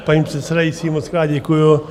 Paní předsedající, mockrát děkuju.